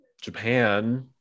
Japan